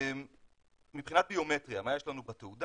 מבחינת ביומטריה, מה יש לנו בתעודה?